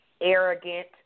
arrogant